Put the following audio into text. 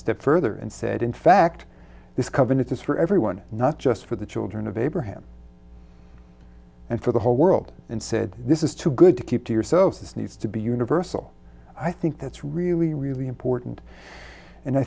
step further and said in fact this covenant is for everyone not just for the children of abraham and for the whole world and said this is too good to keep to yourselves this needs to be universal i think that's really really important and i